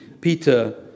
Peter